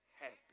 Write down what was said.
happy